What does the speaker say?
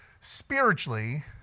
spiritually